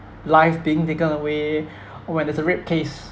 life being taken away or when there's a rape case